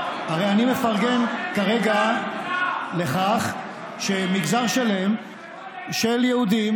הרי אני מפרגן כרגע על כך שמגזר שלם של יהודים